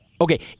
Okay